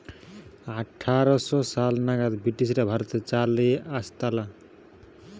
আঠার শ সাল নাগাদ ব্রিটিশরা ভারতে চা লেই আসতালা